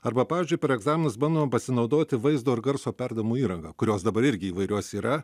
arba pavyzdžiui per egzaminus bandoma pasinaudoti vaizdo ir garso perdavimo įranga kurios dabar irgi įvairios yra